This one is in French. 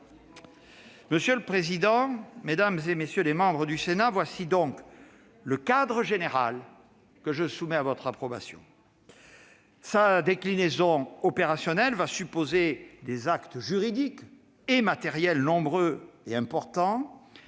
Monsieur le président, mesdames, messieurs les sénateurs, voilà le cadre général que je soumets à votre approbation. Sa déclinaison opérationnelle supposera l'adoption d'actes juridiques et matériels nombreux et importants.